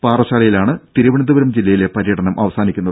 പാറശ്ശാലയിലാണ് തിരുവനന്തപുരം ജില്ലയിലെ പര്യടനം അവസാനിക്കുന്നത്